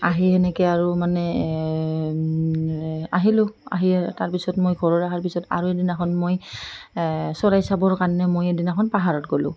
আহি সেনেকৈ আৰু মানে আহিলোঁ আহি তাৰ পিছত মই ঘৰৰ অহাৰ পিছত আৰু এদিনাখন মই চৰাই চাবৰ কাৰণে মই এদিনাখন পাহাৰত গ'লোঁ